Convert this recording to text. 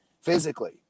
physically